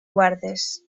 guardes